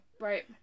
Right